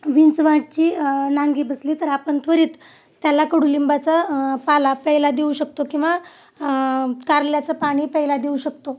विंचवाची नांगी बसली तर आपण त्वरित त्याला कडुलिंबाचा पाला प्याला देऊ शकतो किंवा कारल्याचं पाणी प्यायला देऊ शकतो